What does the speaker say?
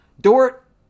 Dort